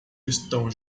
estão